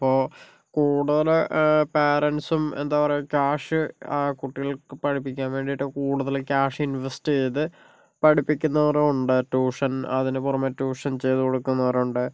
അപ്പോ കൂടുതല് പാരൻ്റ്സും എന്താ പറയുക ക്യാഷ് കുട്ടികൾക്ക് പഠിപ്പിക്കാൻ വേണ്ടീട്ട് കൂടുതല് ക്യാഷ് ഇൻവെസ്റ്റ് ചെയ്ത് പഠിപ്പിക്കുന്നോരുമുണ്ട് ട്യൂഷൻ അതിനു പുറമേ ട്യൂഷൻ ചെയ്തു കൊടുക്കുന്നവരുണ്ട്